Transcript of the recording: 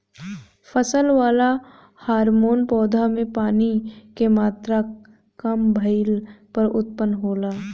फसल वाला हॉर्मोन पौधा में पानी के मात्रा काम भईला पर उत्पन्न होला